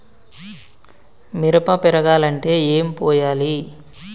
మిరప పెరగాలంటే ఏం పోయాలి?